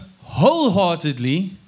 wholeheartedly